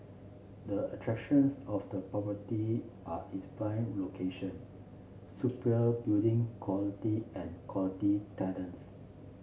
the attractions of the property are its prime location superior building quality and quality tenants